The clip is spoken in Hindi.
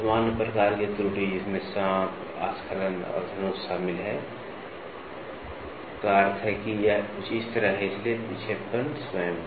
सामान्य प्रकार की त्रुटि जिसमें सांप आस्खलन और धनुष शामिल हैं का अर्थ है कि यह कुछ इस तरह है इसलिए विक्षेपण स्वयं